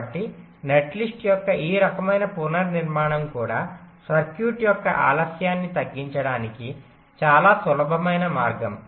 కాబట్టి నెట్లిస్ట్ యొక్క ఈ రకమైన పునర్నిర్మాణం కూడా సర్క్యూట్ యొక్క ఆలస్యాన్ని తగ్గించడానికి చాలా సులభమైన మార్గం